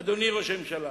אדוני ראש הממשלה,